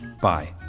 Bye